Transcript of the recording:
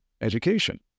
education